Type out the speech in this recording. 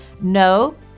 no